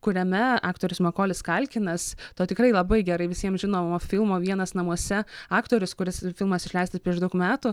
kuriame aktorius makolis kalkinas to tikrai labai gerai visiems žinomo filmo vienas namuose aktorius kuris filmas išleistas prieš daug metų